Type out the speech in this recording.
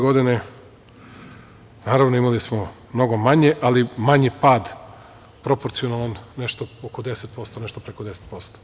Godine 1991, naravno imali smo mnogo manje, ali manji pad proporcionalno nešto preko 10%